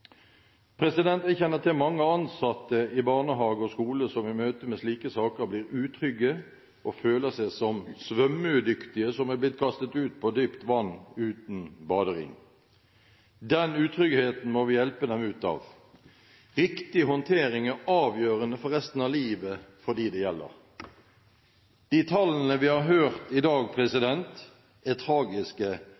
Jeg kjenner til mange ansatte i barnehage og skole som i møte med slike saker blir utrygge og føler seg som svømmeudyktige som er blitt kastet ut på dypt vann uten badering. Den utryggheten må vi hjelpe dem ut av. Riktig håndtering er avgjørende for resten av livet for dem det gjelder. De tallene vi har hørt i dag,